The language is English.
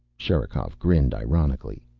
sherikov grinned ironically.